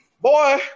boy